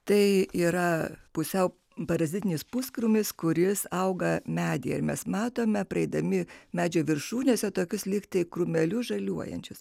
tai yra pusiau parazitinis puskrūmis kuris auga medyje ar mes matome praeidami medžių viršūnėse tokius lyg tai krūmelius žaliuojančius